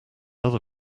other